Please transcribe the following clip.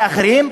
ואחרים,